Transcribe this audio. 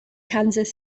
kansas